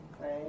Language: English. right